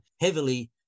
heavily